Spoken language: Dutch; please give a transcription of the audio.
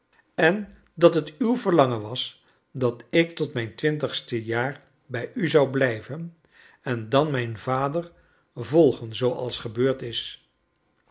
en dat het uw verlangen was dat ik tot mijn twintigste jaar bij u zou blijven en dan mijn vader volgen zooals gebeurd is